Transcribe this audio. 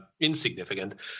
insignificant